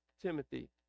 Timothy